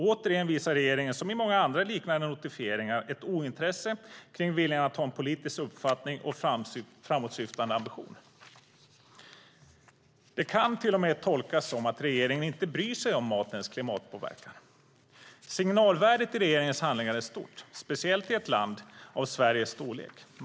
Åter visar regeringen, som i många andra liknande notifieringar, ett ointresse i viljan att ha en politisk uppfattning och framåtsyftande ambition. Det kan till och med tolkas som att regeringen inte bryr sig om matens klimatpåverkan. Signalvärdet i regeringens handlingar är stort, speciellt i ett land av Sveriges storlek.